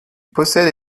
possèdent